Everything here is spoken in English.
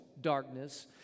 darkness